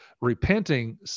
repenting